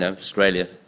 ah australia,